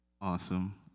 Awesome